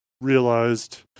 realized